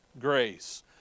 Grace